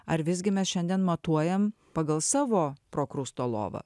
ar visgi mes šiandien matuojam pagal savo prokrusto lovą